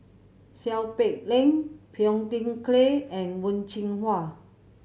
Seow Peck Leng Phua Thin Kiay and Wen Jinhua